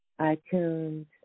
iTunes